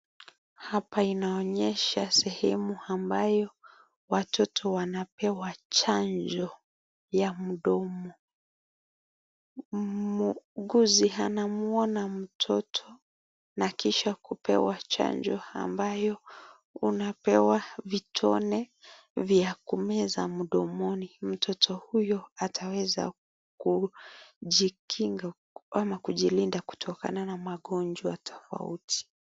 Hapa inaonesha sehemu ambayo watoto wanapewa chanjo ya mdomo. Muuguzi anamwona mtoto na Kisha kupewa chanjo ambayo unapewa vitone vya kumeza mudomoni . Mtoto huyu hataweza kujikinga au kujilinda kutokana na magojwa tofauti.